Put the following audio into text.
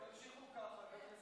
אני קובעת שהצעת חוק לתיקון פקודת